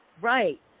Right